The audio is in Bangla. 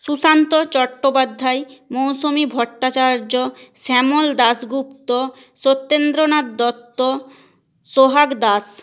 সুশান্ত চট্টোপাধ্যায় মৌসুমি ভট্টাচার্য শ্যামল দাশগুপ্ত সত্যেন্দ্রনাথ দত্ত সোহাগ দাস